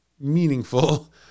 meaningful